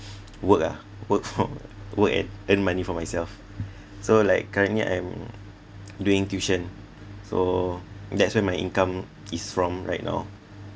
work ah work for work and earn money for myself so like currently I am doing tuition so that's where my income is from right now